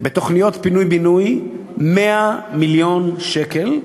בתוכניות פינוי-בינוי 100 מיליון שקל,